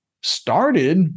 started